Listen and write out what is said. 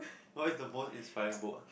no is the most inspiring boat